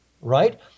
right